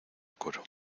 coro